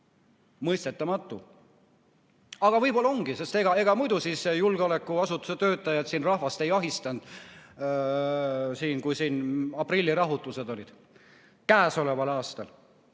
Mõistetamatu. Aga võib-olla ongi, sest ega muidu julgeolekuasutuste töötajad siin rahvast poleks ahistanud, kui aprillirahutused olid käesoleval aastal.